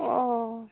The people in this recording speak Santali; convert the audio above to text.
ᱚᱻ